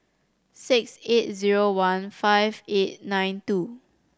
six eight zero one five eight nine two